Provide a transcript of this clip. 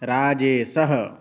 राजेशः